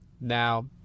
Now